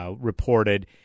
reported